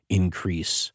increase